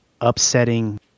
upsetting